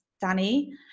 Danny